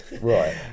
Right